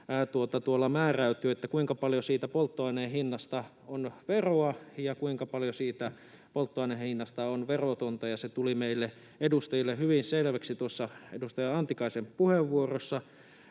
määräytyy, kuinka paljon siitä polttoaineen hinnasta on veroa ja kuinka paljon siitä polttoaineen hinnasta on verotonta. Se tuli meille edustajille hyvin selväksi tuossa edustaja Antikaisen puheenvuorossa.